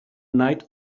night